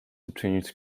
uczynić